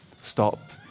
stop